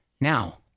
Now